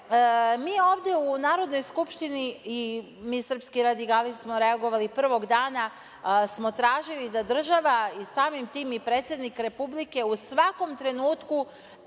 mi ovde u Narodnoj skupštini, mi srpski radikali smo reagovali, prvog dana smo tražili da država, samim tim i predsednik republike u svakom trenutku